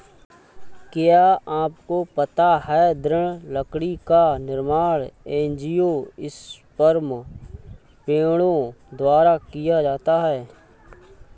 क्या आपको पता है दृढ़ लकड़ी का निर्माण एंजियोस्पर्म पेड़ों द्वारा किया जाता है?